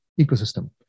ecosystem